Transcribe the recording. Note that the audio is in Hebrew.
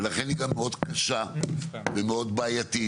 ולכן היא גם מאוד קשה ומאוד בעייתית.